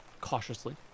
Cautiously